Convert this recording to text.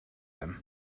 him